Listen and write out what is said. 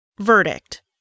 Verdict